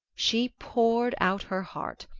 she poured out her heart.